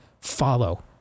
follow